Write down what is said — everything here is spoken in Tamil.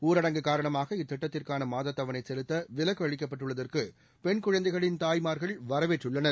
ஊரடங்கு காரணமாக இத்திட்டத்திற்கான மாதத்தவணை செலுத்த விலக்கு அளிக்கப்பட்டுள்ளதற்கு பெண் குழந்தைகளின் தாய்மார்கள் வரவேற்றுள்ளனர்